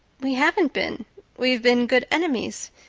we haven't been we've been good enemies.